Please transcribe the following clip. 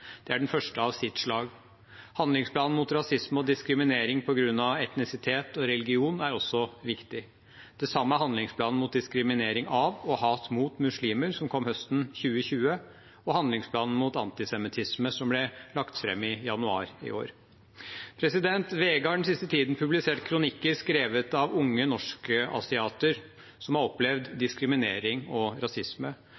Det er den første av sitt slag. Handlingsplanen mot rasisme og diskriminering på grunn av etnisitet og religion er også viktig. Det samme er handlingsplanen mot diskriminering av og hat mot muslimer som kom høsten 2020, og handlingsplanen mot antisemittisme som ble lagt fram i januar i år. VG har den siste tiden publisert kronikker skrevet av unge norsk-asiater som har opplevd